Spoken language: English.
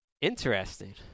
Interesting